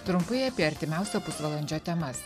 trumpai apie artimiausio pusvalandžio temas